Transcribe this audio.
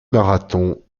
marathon